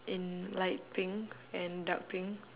in light pink and dark pink